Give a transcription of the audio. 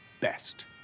best